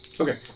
Okay